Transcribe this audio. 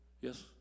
yes